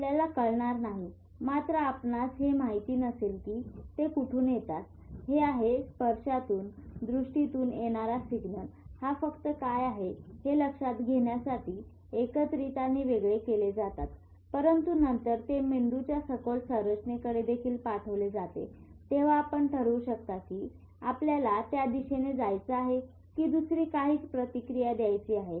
आपल्याला कळणार नाही मात्र आपणास हे की माहीत नसेल ते कुठून येत आहे हे स्पर्शातून दृष्टीतून येणारा सिग्नल हा फक्त काय आहे हे लक्षात येण्यासाठी एकत्रित आणि वेगळे केले जातात परंतु नंतर ते मेंदूच्या सखोल संरचनेकडे देखील पाठवले जाते तेंव्हा आपण ठरवू शकता की आपल्याला त्या दिशेन जायचं आहे कि दुसरी कांहीच प्रतिक्रिया द्यायची आहे